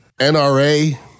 NRA